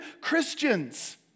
Christians